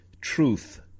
truth